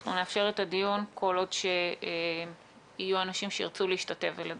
אנחנו נאפשר את הדיון כל עוד יהיו אנשים שירצו להשתתף ולדבר.